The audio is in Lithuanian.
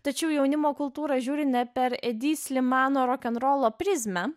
tačiau į jaunimo kultūrą žiūri ne per edi slimano rokenrolo prizmę